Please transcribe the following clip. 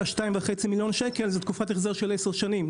2.5 מיליון שקל זה תקופת החזר של 10 שנים.